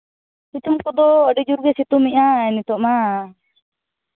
ᱥᱤᱛᱩᱝ ᱠᱚᱫᱚ ᱟᱹᱰᱤ ᱡᱳᱨ ᱜᱮ ᱥᱤᱛᱩᱝᱮᱫᱼᱟᱭ ᱱᱤᱛᱚᱜ ᱢᱟ